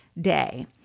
day